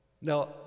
Now